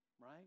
right